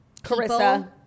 Carissa